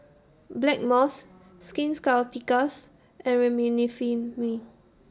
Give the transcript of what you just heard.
Blackmores Skin Ceuticals and Remifemin